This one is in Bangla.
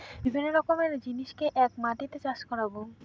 বিভিন্ন রকমের জিনিসকে এক মাটিতে চাষ করাবো